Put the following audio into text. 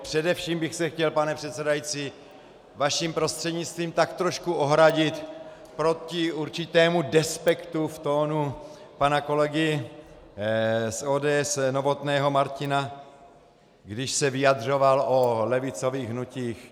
Především bych se chtěl, pane předsedající vaším prostřednictvím, trochu ohradit proti určitému despektu v tónu pana kolegy z ODS Novotného Martina, když se vyjadřoval o levicových hnutích.